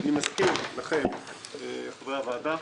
אני מזכיר לחברי הוועדה,